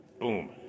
boom